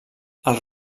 els